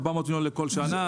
400 מיליון לכל שנה.